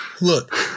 look